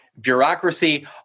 bureaucracy